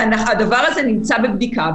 והדבר הזה נמצא בבדיקה.